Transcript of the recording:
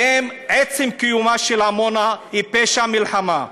עצם קיומה של עמונה הוא פשע של מלחמה,